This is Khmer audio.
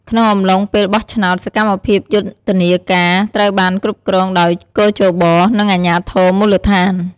ក្នុងអំឡុងពេលបោះឆ្នោត សកម្មភាពយុទ្ធនាការត្រូវបានគ្រប់គ្រងដោយគ.ជ.ប និងអាជ្ញាធរមូលដ្ឋាន។